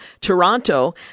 Toronto